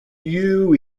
you